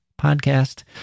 podcast